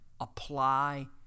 apply